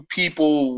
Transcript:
people